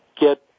get